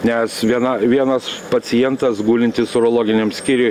nes viena vienas pacientas gulintis urologiniam skyriuj